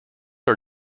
are